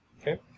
Okay